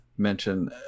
mention